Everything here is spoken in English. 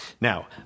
now